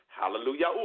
Hallelujah